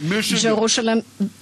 Jerusalem,